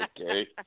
Okay